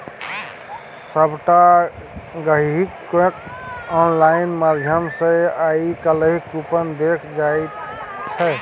सभटा गहिंकीकेँ आनलाइन माध्यम सँ आय काल्हि कूपन देल जाइत छै